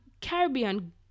Caribbean